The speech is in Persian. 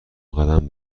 قدم